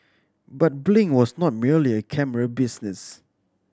but Blink was not merely a camera business